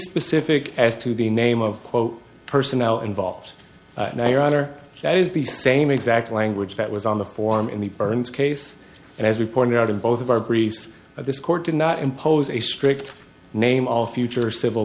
specific as to the name of quote personnel involved now your honor that is the same exact language that was on the form in the burns case and as we pointed out in both of our greece this court did not impose a strict name all future civil